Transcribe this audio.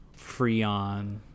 Freon